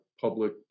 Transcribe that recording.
public